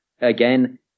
again